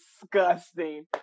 Disgusting